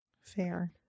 Fair